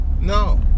No